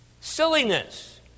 silliness